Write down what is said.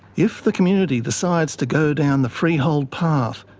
if the community decides to go down the freehold path,